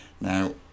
Now